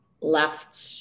left